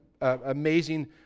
amazing